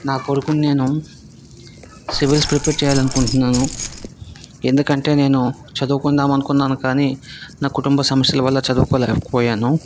నా కొడుకుని నేను సివిల్స్ ప్రిపేర్ చెయ్యాలనుకుంటున్నాను ఎందుకంటే నేను చదువుకుందాం అనుకున్నాను కానీ నా కుటుంబ సమస్యల వల్ల చదువుకోలేకపోయాను